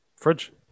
fridge